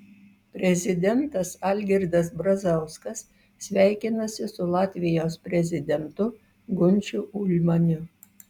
prezidentas algirdas brazauskas sveikinasi su latvijos prezidentu gunčiu ulmaniu